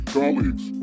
colleagues